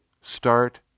start